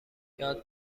یاد